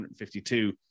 152